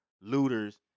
looters